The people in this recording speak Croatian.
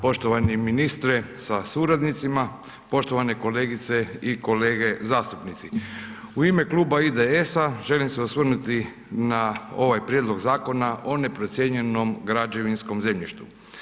Poštovani ministre sa suradnicima, poštovane kolegice i kolege zastupnici, u ime Kluba IDS-a želim se osvrnuti na ovaj Prijedlog Zakona o neprocijenjenom građevinskom zemljištu.